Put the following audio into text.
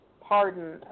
pardon